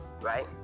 Right